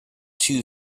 two